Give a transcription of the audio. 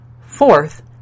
Fourth